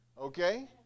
Okay